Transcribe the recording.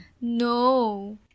No